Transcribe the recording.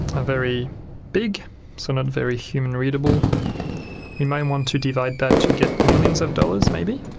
are very big so not very human readable we might want to divide that to get millions of dollars maybe?